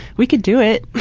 we can do it.